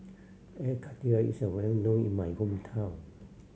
Air Karthira is well known in my hometown